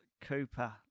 cooper